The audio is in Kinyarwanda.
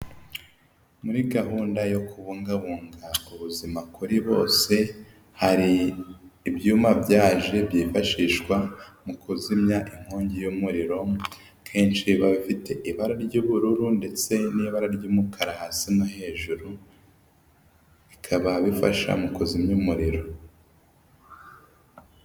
Muri gahunda yo kubungabunga ubuzima kuri bose, hari ibyuma byaje byifashishwa mu kuzimya inkongi y'umurirokenshi. Kenshi baba bafite ibara ry'ubururu ndetse n'ibara ry'umukara hasi no hejuru bikaba bifasha mu kuzimya umuriro.